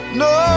no